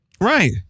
Right